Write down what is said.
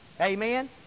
Amen